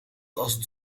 als